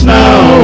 now